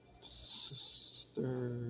Sister